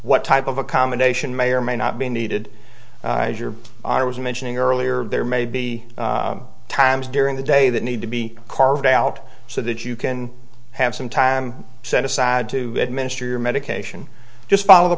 what type of accommodation may or may not be needed i was mentioning earlier there may be times during the day that need to be carved out so that you can have some time set aside to administer your medication just follow the